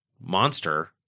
monster